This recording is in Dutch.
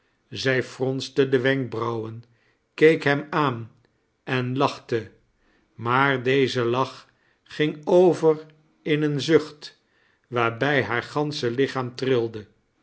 zij fronste de wenkbranwen keek hem aan en lachte maar deze lack ging over in een zucht waarbij haar gansche lichaam trilde